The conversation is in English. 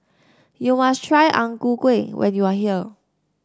you must try Ang Ku Kueh when you are here